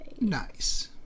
nice